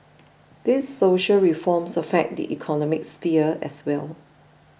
these social reforms affect the economic sphere as well